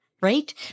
right